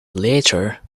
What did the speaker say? later